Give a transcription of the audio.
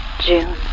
June